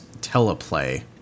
teleplay